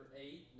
eight